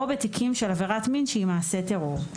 או בתיקים של עבירת מין שהיא מעשה טרור.